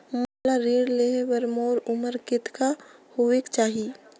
मोला ऋण लेहे बार मोर उमर कतेक होवेक चाही?